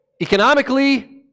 Economically